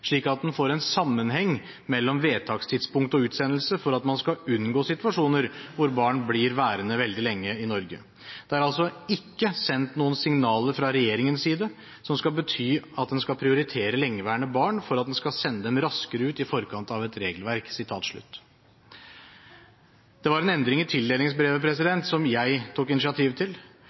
slik at en får sammenheng mellom vedtakstidspunkt og utsendelse, for at man skal unngå situasjoner hvor barn blir værende veldig lenge i Norge. Men det er altså ikke sendt noen signaler fra regjeringens side som skal bety at en skal prioritere lengeværende barn for at en skal sende dem raskere ut i forkant av et regelverk.» Dette var en endring i tildelingsbrevet som jeg tok initiativ til,